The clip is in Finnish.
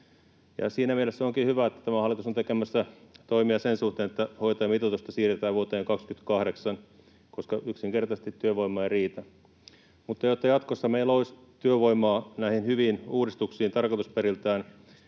Siinä mielessä onkin hyvä, että tämä hallitus on tekemässä toimia sen suhteen, että hoitajamitoitusta siirretään vuoteen 28, koska yksinkertaisesti työvoimaa ei riitä. Mutta jotta jatkossa meillä olisi työvoimaa näihin tarkoitusperiltään